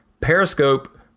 Periscope